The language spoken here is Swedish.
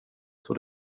och